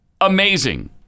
amazing